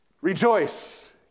Rejoice